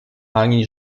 ani